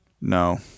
No